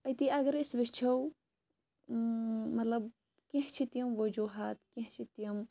أتی اَگَر أسۍ وٕچھو مَطلَب کینٛہہ چھِ تِم وجوٗہات کینٛہہ چھِ تِم